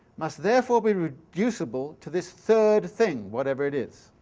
must therefore be reducible to this third thing, whatever it is.